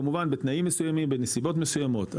כמובן בתנאים מסוימים, בנסיבות מסוימות.